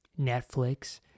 Netflix